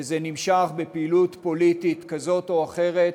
וזה נמשך בפעילות פוליטית כזאת או אחרת.